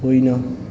होइन